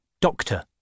Doctor